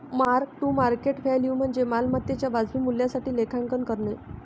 mark to market value म्हणजे मालमत्तेच्या वाजवी मूल्यासाठी लेखांकन करणे